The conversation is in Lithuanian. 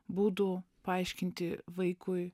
būdų paaiškinti vaikui